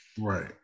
Right